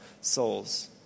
souls